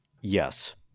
Yes